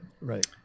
Right